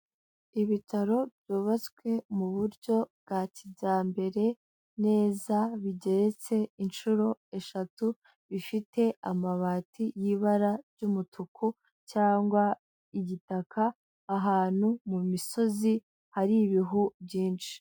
Ibitaro byubatswe mu buryo bwa kijyambere neza, bigeretse inshuro eshatu, bifite amabati y'ibara ry'umutuku cyangwa igitaka, ahantu mu misozi hari ibihu byinshi.